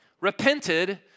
repented